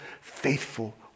faithful